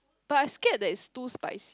but I scared that is too spicy